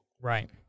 Right